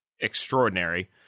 extraordinary